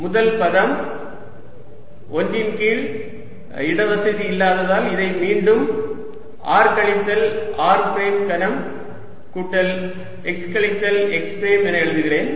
முதல் பதம் 1 ன் கீழ் இடவசதி இல்லாததால் இதை மீண்டும் r கழித்தல் r பிரைம் கனம் கூட்டல் x கழித்தல் x பிரைம் என எழுதுகிறேன்